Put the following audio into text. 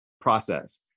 process